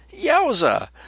Yowza